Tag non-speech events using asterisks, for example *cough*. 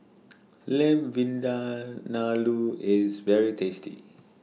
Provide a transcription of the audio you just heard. Lamb *unintelligible* IS very tasty